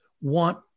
want